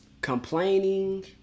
complaining